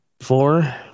Four